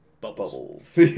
Bubbles